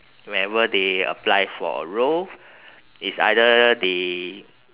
whenever they apply for a role it's either they